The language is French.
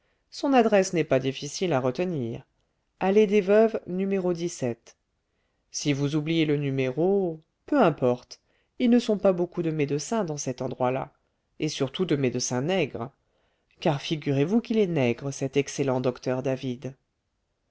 son adresse n'est pas difficile à retenir allée des veuves no si vous oubliez le numéro peu importe ils ne sont pas beaucoup de médecins dans cet endroit-là et surtout de médecins nègres car figurez-vous qu'il est nègre cet excellent docteur david